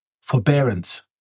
forbearance